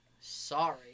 sorry